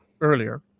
earlier